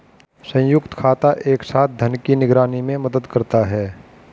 संयुक्त खाता एक साथ धन की निगरानी में मदद करता है